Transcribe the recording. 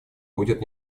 будет